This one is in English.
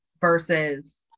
versus